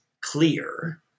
clear